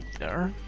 there,